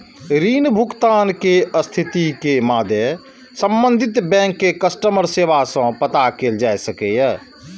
ऋण भुगतान के स्थिति के मादे संबंधित बैंक के कस्टमर सेवा सं पता कैल जा सकैए